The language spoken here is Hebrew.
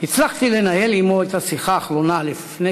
הצלחתי לנהל עמו את השיחה האחרונה לפני